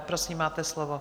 Prosím, máte slovo.